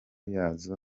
yazo